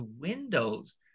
windows